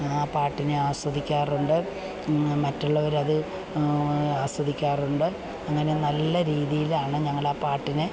ആ പാട്ടിനെ ആസ്വദിക്കാറുണ്ട് മറ്റുള്ളവർ അത് ആസ്വദിക്കാറുണ്ട് അങ്ങനെ നല്ല രീതിയിലാണ് ഞങ്ങൾ ആ പാട്ടിനെ